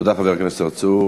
תודה, חבר הכנסת צרצור.